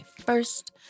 first